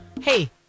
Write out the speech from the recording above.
Hey